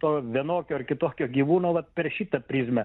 to vienokio ar kitokio gyvūno vat per šitą prizmę